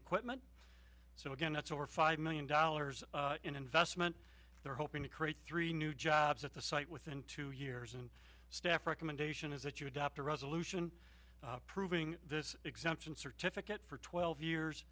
equipment so again it's over five million dollars in investment they're hoping to create three new jobs at the site within two years and staff recommendation is that you adopt a resolution approving this exemption certificate for twelve years